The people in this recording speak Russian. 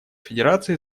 федерации